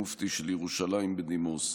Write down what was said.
המופתי של ירושלים בדימוס,